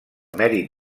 mèrit